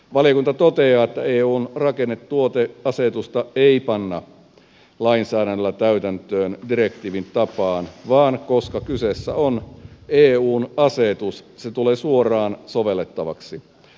valiokunta toteaa että eun rakennustuoteasetusta ei panna lainsäädännöllä täytäntöön direktiivin tapaan vaan koska kyseessä on eun asetus se tulee suoraan sovellettavaksi